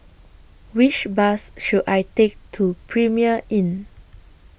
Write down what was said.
Which Bus should I Take to Premier Inn